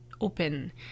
open